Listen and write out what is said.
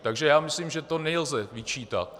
Takže já myslím, že to nelze vyčítat.